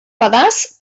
pedaç